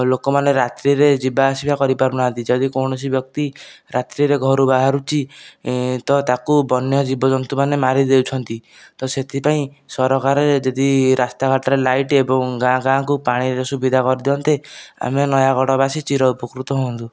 ଲୋକମାନେ ରାତ୍ରିରେ ଯିବା ଆସିବା କରିପାରୁନାହାନ୍ତି ଯଦି କୌଣସି ବ୍ୟକ୍ତି ରାତ୍ରିରେ ଘରୁ ବାହାରୁଚି ତ ତାକୁ ବନ୍ୟ ଜୀବଜନ୍ତୁ ମାନେ ମାରିଦେଉଛନ୍ତି ତ ସେଥିପାଇଁ ସରକାର ଯଦି ରାସ୍ତା ଘାଟରେ ଲାଇଟ୍ ଏବଂ ଗାଁ ଗାଁ କୁ ପାଣିର ସୁବିଧା କରିଦିଅନ୍ତେ ଆମେ ନୟାଗଡ଼ ବାସୀ ଚିରଉପକୃତ ହୁଅନ୍ତୁ